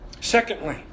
Secondly